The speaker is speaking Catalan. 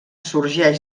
sorgeix